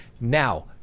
Now